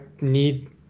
need